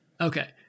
Okay